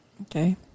okay